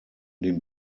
den